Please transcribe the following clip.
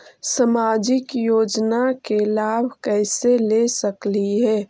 सामाजिक योजना के लाभ कैसे ले सकली हे?